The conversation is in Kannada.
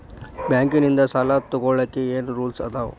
ಬ್ಯಾಂಕ್ ನಿಂದ್ ಸಾಲ ತೊಗೋಳಕ್ಕೆ ಏನ್ ರೂಲ್ಸ್ ಅದಾವ?